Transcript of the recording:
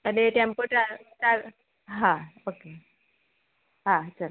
અને tempo travel travel હા હા ઓકે હા ચલો